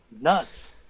Nuts